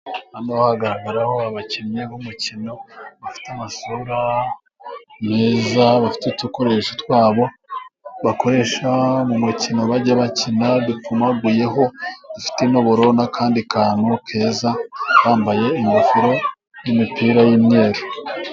Hano hagaragaraho abakinnyi b'umukino bafite amasura meza, bafite udukoresho twabo bakoresha mu mukino bajya bakina, dupfumaguyeho, dufite na buro n'akandi kantu keza, bambaye ingofero n'imipira y'imyeru.